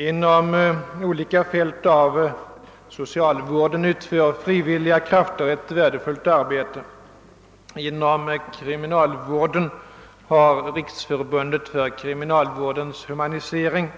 Herr talman! Frivilliga krafter utför ett värdefullt arbete på olika fält av socialvården. Inom kriminalvården har Riksförbundet för kriminalvårdens humanisering